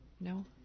No